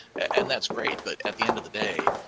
and that's great. but at the end of the day,